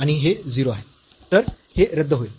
तर हे रद्द होईल